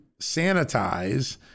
sanitize